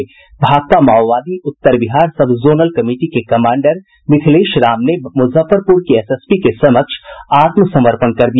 भाकपा माओवादी उत्तर Bihar sub zonal committee के कमांडर मिथिलेश राम ने मुजफ्फरपुर के एसएसपी के समक्ष आत्मसमर्पण कर दिया